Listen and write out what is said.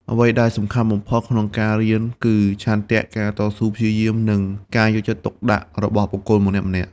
អ្វីដែលសំខាន់បំផុតក្នុងការៀន គឺឆន្ទៈ ការតស៊ូព្យាយាម និងការយកចិត្តទុកដាក់របស់បុគ្គលម្នាក់ៗ។